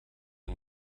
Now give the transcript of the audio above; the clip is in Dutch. een